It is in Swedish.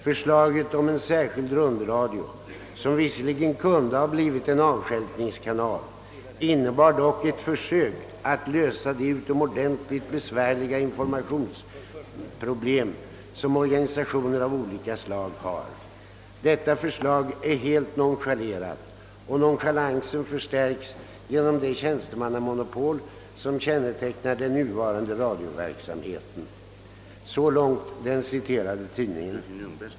Förslaget om en särskild rundradio, som <visserligen kunde ha blivit en avstjälpningskanal, innebar dock ett försök att lösa de utomordentligt = besvärliga informationsproblem som organisationer av olika slag har. Detta förslag är helt nonchalerat, och nonchalansen förstärks genom det tjänstemannamonopol som kännetecknar den nuvarande radioverksamheten ...» Så långt den citerade tidningen.